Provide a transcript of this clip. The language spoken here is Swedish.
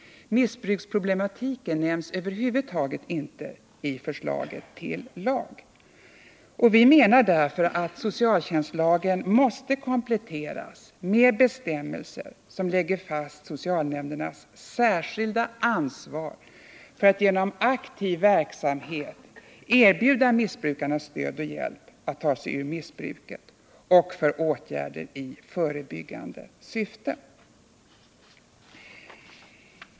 Missbruksproblematiken nämns över huvud taget inte i förslaget till lag. Vi menar därför att socialtjänstlagen måste kompletteras med bestämmelser som lägger fast socialnämndernas särskilda ansvar för att genom aktiv verksamhet erbjuda missbrukarna stöd och hjälp att ta sig ur missbruket och för åtgärder i förebyggande syfte.